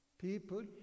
People